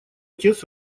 отец